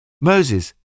Moses